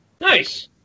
Nice